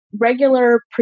regular